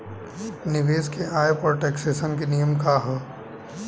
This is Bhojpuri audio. निवेश के आय पर टेक्सेशन के नियम का ह?